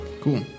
Cool